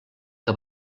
que